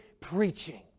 preaching